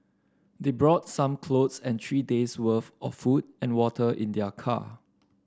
they brought some clothes and three days worth of food and water in their car